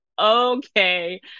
okay